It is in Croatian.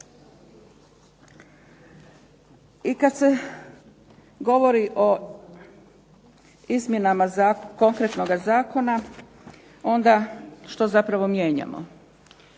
I kad se govori o izmjenama konkretnoga zakona onda što zapravo mijenjamo?